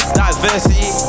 diversity